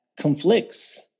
conflicts